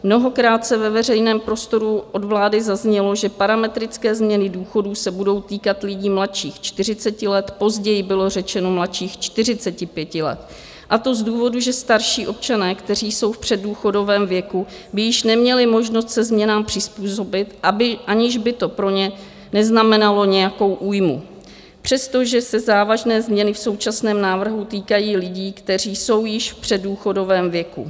Mnohokrát ve veřejném prostoru od vlády zaznělo, že parametrické změny důchodů se budou týkat lidí mladších 40 let, později bylo řečeno mladších 45 let, a to z důvodu, že starší občané, kteří jsou v předdůchodovém věku, by již neměli možnost se změnám přizpůsobit, aniž by to pro ně neznamenalo nějakou újmu, přestože se závažné změny v současném návrhu týkají lidí, kteří jsou již v předdůchodovém věku.